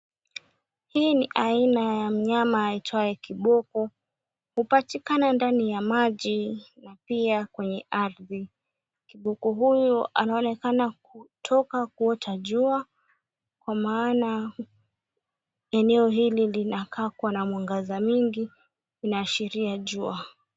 Hii ni aina ya mnyama aitwaye kiboko. Hupatikana ndani ya maji na pia kwenye ardhi. Kiboko huyu anaonekana kutoka kuota jua, kwa maana eneo hili linakaa kuwa na mwangaza mwingi, inaashiria jua.